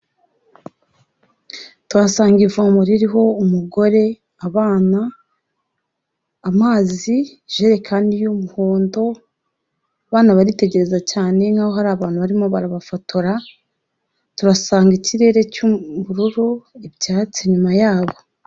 Tuhasanga ivumo ririho umugore, abana, amazi, ijekani y'umuhondo, abana baritegereza cyane nk'aho hari abantu barimo barabafotora, tuhasanga ikirere cy'ubururu, ibyatsi inyuma yabo.